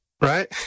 Right